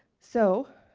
so,